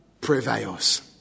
prevails